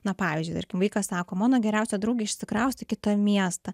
na pavyzdžiui tarkim vaikas sako mano geriausia draugė išsikraustė į kitą miestą